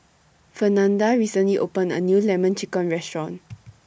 Fernanda recently opened A New Lemon Chicken Restaurant